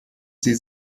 sie